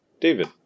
david